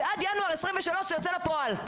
ועד ינואר 2023 זה יוצא לפועל.